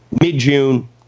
mid-June